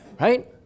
right